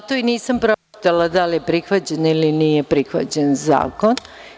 Zato i nisam pročitala da li je prihvaćen ili nije prihvaćen zakon.